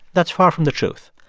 that's far from the truth.